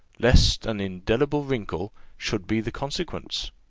lest an indelible wrinkle should be the consequence?